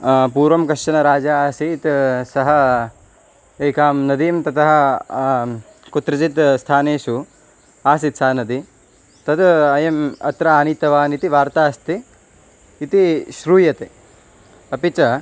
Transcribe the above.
पूर्वं कश्चन राजा आसीत् सः एकां नदीं ततः कुत्रचित् स्थानेषु आसीत् सा नदी तत् अयम् अत्र आनीतवान् इति वार्ता अस्ति इति श्रूयते अपि च